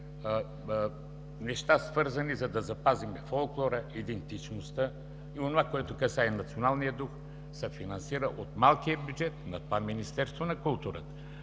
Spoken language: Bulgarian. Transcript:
неща, свързани с това, за да запазим фолклора, идентичността и онова, което касае националния дух, се финансира от малкия бюджет на това Министерство на културата.